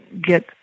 get